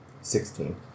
Sixteen